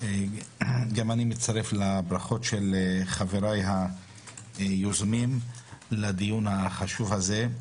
גם אני מצטרף לברכות של חבריי היוזמים לדיון החשוב הזה.